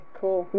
cool